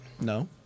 No